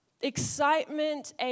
excitement